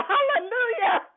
Hallelujah